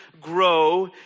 grow